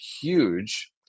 huge